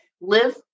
live